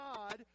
God